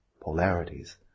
polarities